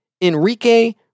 Enrique